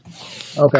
Okay